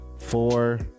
four